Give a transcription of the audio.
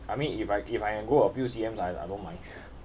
I mean if I if I can grow a few C_M ah I I don't mind